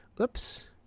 Oops